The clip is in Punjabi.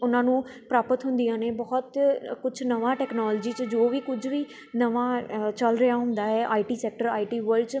ਉਹਨਾਂ ਨੂੰ ਪ੍ਰਾਪਤ ਹੁੰਦੀਆਂ ਨੇ ਬਹੁਤ ਕੁਛ ਅ ਨਵਾਂ ਟੈਕਨੋਲੋਜੀ 'ਚ ਜੋ ਵੀ ਕੁਝ ਵੀ ਨਵਾਂ ਚੱਲ ਰਿਹਾ ਹੁੰਦਾ ਹੈ I T sector I T world 'ਚ